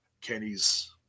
Kenny's